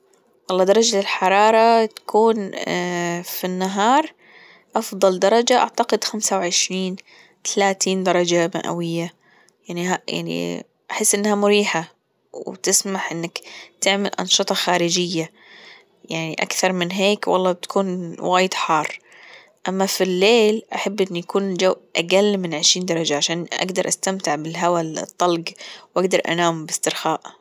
جة الحرارة تكون اااه في النهار أفضل درجة أعتقد خمسة وعشرين ثلاثين درجة مئوية يعني يعني أحس إنها مريحة، وتسمح إنك تعمل أنشطة خارجية يعني أكثر من هيك والله بتكون وايد حار أما في الليل أحب أن يكون الجو أقل من عشرين درجة عشان أقدر أستمتع بالهواء الطلق وأقدر أنام باسترخاء